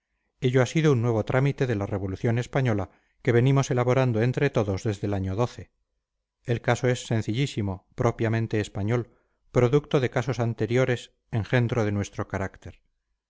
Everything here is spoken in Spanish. ello ha sido un nuevo trámite de la revolución española que venimos elaborando entre todos desde el año el caso es sencillísimo propiamente español producto de casos anteriores engendro de nuestro carácter